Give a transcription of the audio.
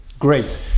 Great